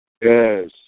Yes